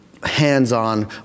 Hands-on